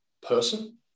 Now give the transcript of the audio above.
person